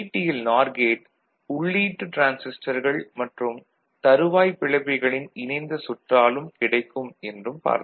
L NOR gate உள்ளீட்டு டிரான்சிஸ்டர்கள் மற்றும் தறுவாய்ப் பிளப்பிகளின் இணைந்த சுற்றாலும் கிடைக்கும் என்றும் பார்த்தோம்